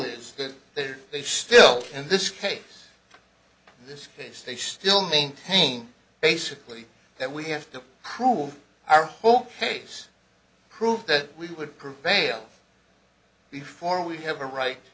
are they still in this case this case they still maintain basically that we have to prove our whole case prove that we would prevail before we have a right